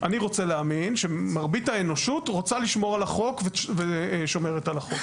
אני רוצה להאמין שמרבית האנושות רוצה לשמור על החוק ושומרת עליו.